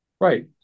Right